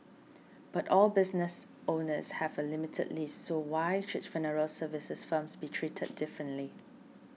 but all business owners have a limited lease so why should funeral services firms be treated differently